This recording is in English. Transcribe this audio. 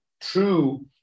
true